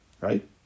Right